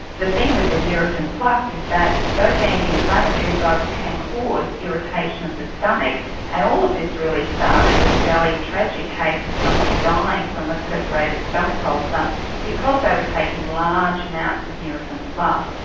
the thing with the nurofen plus is that those anti inflammatory drugs can cause irritation of the stomach and all of this really started with a fairly tragic case of somebody dying from a perforated stomach ulcer because they were taking large amounts of nurofen plus.